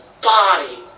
body